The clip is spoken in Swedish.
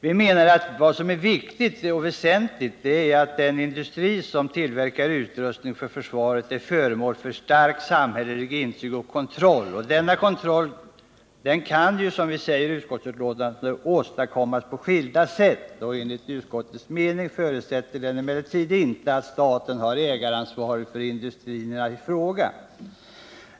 Vi menar att vad som är väsentligt är att den industri som tillverkar utrustning för försvaret är föremål för stark samhällelig insyn och kontroll. Och denna kontroll kan, som vi säger i utskottsbetänkandet, åstadkommas på skilda sätt. Enligt utskottets mening förutsätter den emellertid inte att staten har ägaransvaret för industrierna i fråga.